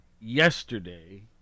yesterday